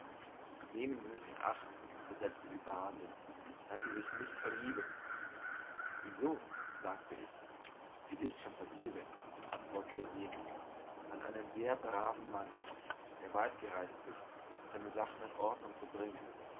nehmen sie sich in acht versetzte die base daß sie sich nicht verlieben wieso sagte ich sie ist schon vergeben antwortete jene an einen sehr braven mann der weggereist ist seine sachen in ordnung zu bringen